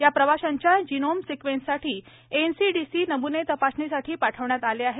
या प्रवाशांच्या जिनोम सिक्वेन्ससाठी एनसीडीसी नमुने तपासणीसाठी पाठवण्यात आले आहेत